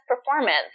performance